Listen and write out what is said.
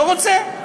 לא רוצה.